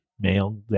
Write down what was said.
Male